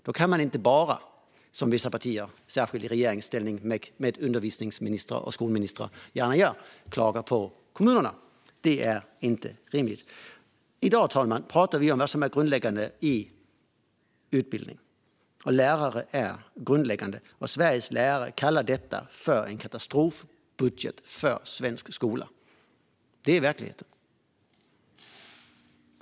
Då kan man inte bara - som vissa partier, särskilt partier i regeringsställning med undervisningsministrar och skolministrar, gärna gör - klaga på kommunerna. Det är inte rimligt. I dag, herr talman, pratar vi om vad som är grundläggande i utbildningen. Lärare är grundläggande, och Sveriges Lärare kallar detta för en katastrofbudget för svensk skola. Det är verkligheten.